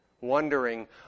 wondering